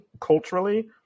culturally